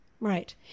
Right